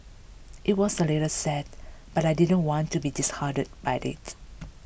it was a little sad but I didn't want to be disheartened by it